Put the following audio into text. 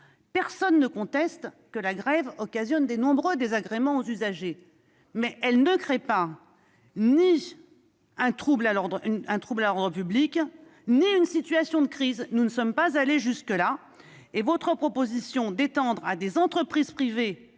Personne ne conteste que la grève occasionne de nombreux désagréments aux usagers. Mais elle ne crée ni un trouble à l'ordre un trouble public ni une situation de crise. Nous ne sommes pas allés jusque-là ! Votre proposition d'étendre à des entreprises privées,